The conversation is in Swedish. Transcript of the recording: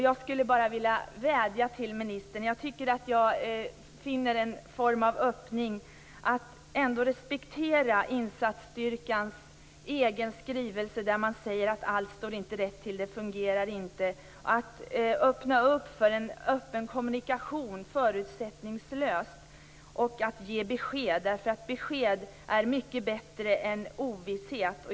Jag skulle vilja vädja till ministern - jag tycker att jag finner en form av öppning för det - att respektera insatsstyrkans egen skrivelse där man säger att allt inte står rätt till. Det fungerar inte. Jag vädjar till ministern att öppna för en förutsättningslös och öppen kommunikation och att ge besked. Besked är mycket bättre än ovisshet.